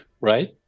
right